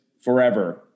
forever